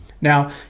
Now